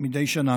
מדי שנה.